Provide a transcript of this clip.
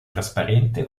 trasparente